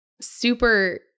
super